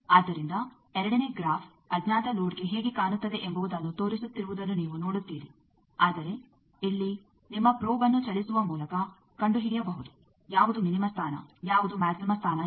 ಆದ್ದರಿಂದ ಎರಡನೇ ಗ್ರಾಫ್ ಅಜ್ಞಾತ ಲೋಡ್ಗೆ ಹೇಗೆ ಕಾಣುತ್ತದೆ ಎಂಬುವುದನ್ನು ತೋರಿಸುತ್ತಿರುವುದನ್ನು ನೀವು ನೋಡುತ್ತೀರಿ ಆದರೆ ಇಲ್ಲಿ ನಿಮ್ಮ ಪ್ರೋಬ್ಅನ್ನು ಚಲಿಸುವ ಮೂಲಕ ಕಂಡುಹಿಡಿಯಬಹುದು ಯಾವುದು ಮಿನಿಮ ಸ್ಥಾನ ಯಾವುದು ಮ್ಯಾಕ್ಸಿಮ ಸ್ಥಾನ ಎಂದು